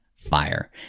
fire